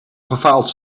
gefaald